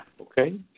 Okay